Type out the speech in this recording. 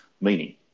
meaning